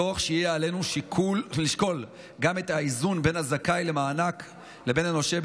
תוך שיהיה עלינו לשקול גם את האיזון בין הזכאי למענק לבין הנושה,